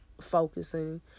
focusing